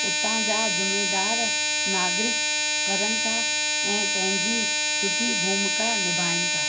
हुतां जा ज़मीनदार नागरिक करनि था ऐं पंहिंजी सुठी भूमिका निभाइनि था